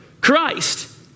Christ